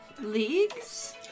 leagues